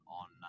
on